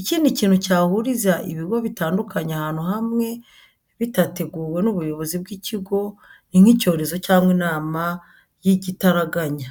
Ikindi cyintu cyahuriza ibigo bitandukanye ahantu hamwe bitateguwe n'ubuyobozi bw'ibigo ni nk'icyorezo cyangwa inama y'ijyitaraganya.